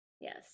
Yes